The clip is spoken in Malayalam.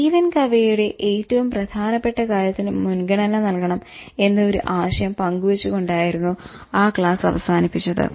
സ്റ്റീവൻ കവേ യുടെ ഏറ്റവും പ്രധാനപ്പെട്ട കാര്യത്തിന് മുൻഗണന നൽകണം എന്ന ഒരു ആശയം പങ്കുവച്ചുകൊണ്ടായിരുന്നു ആ ക്ലാസ് അവസാനിപ്പിച്ചത്